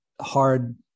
hard